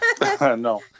No